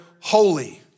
holy